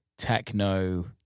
techno